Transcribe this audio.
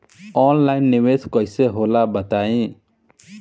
Online निवेस कइसे होला बताईं?